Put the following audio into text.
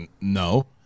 no